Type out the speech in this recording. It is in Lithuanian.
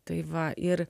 tai va ir